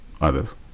others